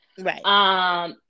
right